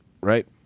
Right